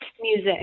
music